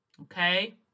Okay